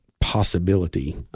possibility